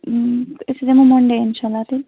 أسۍحظ یِمو منٛڈے اِنشااللہ تیٚلہِ